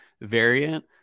variant